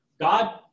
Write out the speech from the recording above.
God